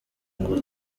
ngo